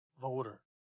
voter